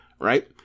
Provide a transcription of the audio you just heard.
Right